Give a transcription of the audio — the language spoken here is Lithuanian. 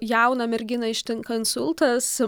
jauną merginą ištinka insultas